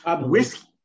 whiskey